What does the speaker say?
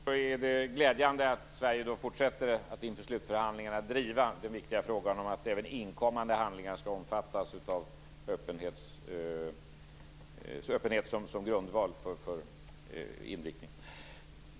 Herr talman! Vad gäller öppenhetsfrågan är det glädjande att Sverige inför slutförhandlingarna fortsätter att driva den viktiga frågan om att även inkommande handlingar skall omfattas av öppenhet som grundval för inriktningen.